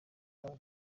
banyu